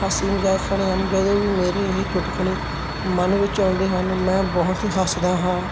ਹਾਸੀ ਮਜ਼ਾਕ ਵਾਲੇ ਹਨ ਜਦੋਂ ਵੀ ਮੇਰੇ ਇਹ ਚੁਟਕਲੇ ਮਨ ਵਿੱਚ ਆਉਂਦੇ ਹਨ ਮੈਂ ਬਹੁਤ ਹੱਸਦਾ ਹਾਂ